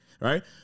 Right